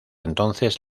entonces